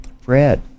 fred